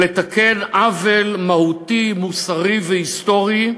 לתקן עוול מהותי, מוסרי והיסטורי,